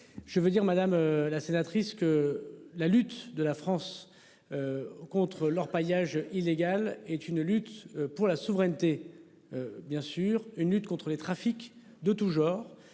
Je veux dire madame la sénatrice, que la lutte de la France. Contre l'orpaillage illégal est une lutte pour la souveraineté. Bien sûr une lutte contre les trafics de tous genres